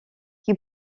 qui